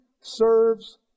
serves